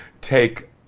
take